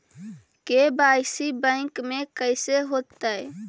KYC bank में कैसे होतै?